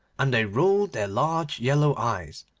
and they rolled their large yellow eyes,